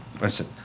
Listen